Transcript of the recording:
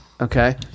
okay